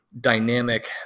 dynamic